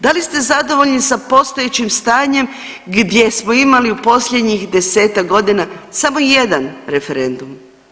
Da li ste zadovoljni sa postojećim stanjem gdje smo imali u posljednjih 10-ak godina samo jedan referendum?